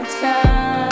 time